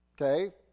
okay